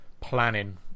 planning